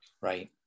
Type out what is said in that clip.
right